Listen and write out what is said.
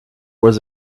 was